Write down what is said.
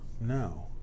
No